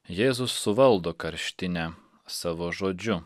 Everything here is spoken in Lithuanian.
jėzus suvaldo karštinę savo žodžiu